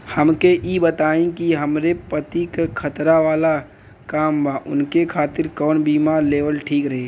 हमके ई बताईं कि हमरे पति क खतरा वाला काम बा ऊनके खातिर कवन बीमा लेवल ठीक रही?